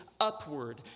upward